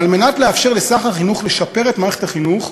ועל מנת לאפשר לשר החינוך לשפר את מערכת החינוך,